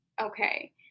okay